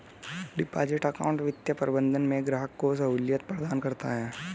deposit account वित्तीय प्रबंधन में ग्राहक को सहूलियत प्रदान करता है